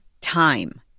time